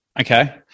Okay